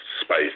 space